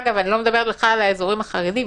אני לא מדברת בכלל על האזורים החרדים,